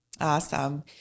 Awesome